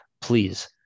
please